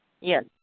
Yes